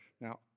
now